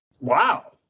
Wow